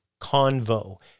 Convo